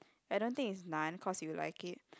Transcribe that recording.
I don't think its none cause you like it